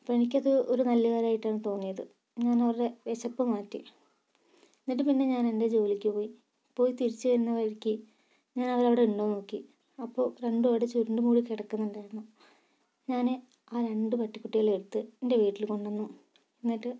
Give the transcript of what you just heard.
അപ്പോൾ എനിക്കത് ഒരു നല്ല കാര്യമായിട്ടാണ് തോന്നിയത് ഞാൻ അവരുടെ വിശപ്പ് മാറ്റി എന്നിട്ട് പിന്നെ ഞാനെന്റെ ജോലിക്ക് പോയി പോയി തിരിച്ച് വരുന്ന വഴിക്ക് ഞാനവരവിടെ ഉണ്ടോന്നോക്കി അപ്പോൾ രണ്ടും അവിടെ ചുരുണ്ടും കൂടി കിടക്കുന്നുണ്ടായിരുന്നു ഞാൻ ആ രണ്ട് പട്ടിക്കുട്ടികളേം എടുത്ത് എന്റെ വീട്ടിൽ കൊണ്ടന്നു എന്നിട്ട്